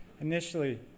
initially